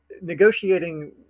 negotiating